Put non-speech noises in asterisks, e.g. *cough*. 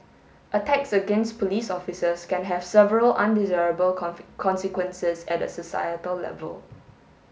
attacks against police officers can have several undesirable *unintelligible* consequences at a societal level